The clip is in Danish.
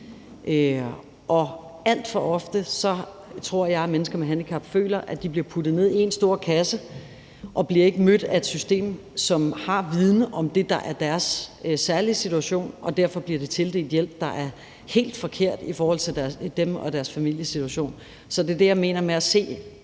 tror jeg at mennesker med handicap føler, at de bliver puttet ned i én stor kasse og ikke bliver mødt af et system, som har viden om det, der er deres særlige situation, og at de derfor bliver tildelt en hjælp, der er helt forkert i forhold til dem og deres familiesituation. Så det er det, jeg mener med at se